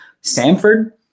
Sanford